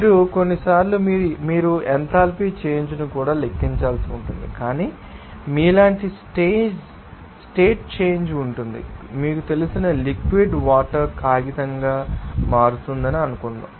మీరు కొన్నిసార్లు మీరు ఎథాల్పీ చేంజ్ ను కూడా లెక్కించవలసి ఉంటుంది కాని మీలాంటి స్టేట్ చేంజ్ ఉంటుంది మీకు తెలిసిన లిక్విడ్ వాటర్ కాగితంగా మారుతుందని అనుకుందాం